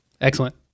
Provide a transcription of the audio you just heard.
Excellent